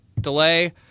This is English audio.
delay